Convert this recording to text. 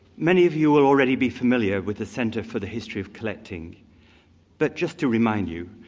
many of you will already be familiar with the center for the history of collecting but just to remind you,